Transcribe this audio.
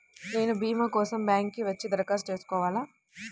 నేను భీమా కోసం బ్యాంక్కి వచ్చి దరఖాస్తు చేసుకోవాలా?